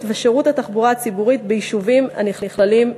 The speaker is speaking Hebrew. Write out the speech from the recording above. ושירות התחבורה הציבורית ביישובים הנכללים בתוכניות.